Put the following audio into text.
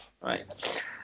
Right